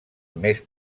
més